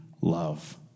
love